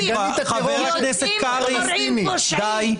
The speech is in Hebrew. חבר הכנסת קרעי, די,